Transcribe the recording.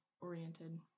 oriented